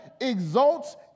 exalts